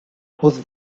whose